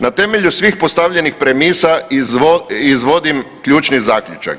Na temelju svih postavljenih premisa izvodim ključni zaključak.